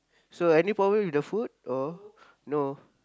so any problem with the food or no